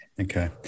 Okay